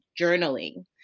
journaling